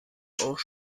auch